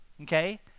okay